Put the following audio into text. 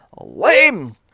lame